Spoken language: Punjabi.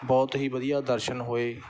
ਬਹੁਤ ਹੀ ਵਧੀਆ ਦਰਸ਼ਨ ਹੋਏ